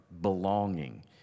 belonging